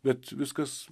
bet viskas